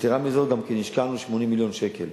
יתירה מזאת, השקענו גם 80 מיליון שקל